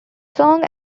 song